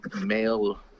male